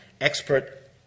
expert